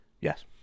Yes